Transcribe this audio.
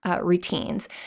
Routines